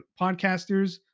podcasters